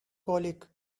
colic